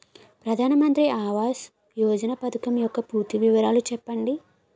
ప్రధాన మంత్రి ఆవాస్ యోజన పథకం యెక్క పూర్తి వివరాలు చెప్పండి?